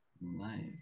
nice